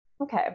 okay